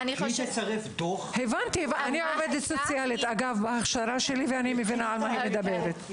אני עובדת סוציאלית בהכשרתי ואני מבינה על מה היא מדברת.